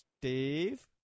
Steve